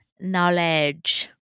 knowledge